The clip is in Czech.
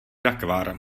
rakvar